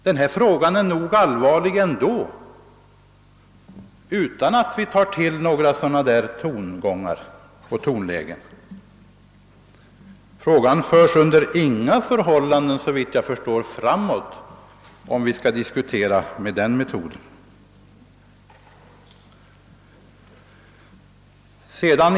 Denna fråga är nog allvarlig ändå utan att vi tar till några sådana tongångar och tonlägen. Frågan förs under inga förhållanden, såvitt jag förstår, framåt om vi skall diskutera med den metoden.